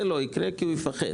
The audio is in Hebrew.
זה לא יקרה כי הוא יפחד.